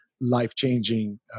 life-changing